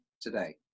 today